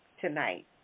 tonight